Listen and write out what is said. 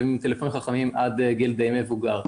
עם טלפונים חכמים עד גיל די מבוגר.